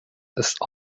ist